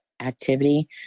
activity